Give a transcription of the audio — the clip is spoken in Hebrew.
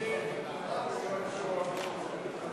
הצעת סיעות בל"ד